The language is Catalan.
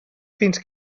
fins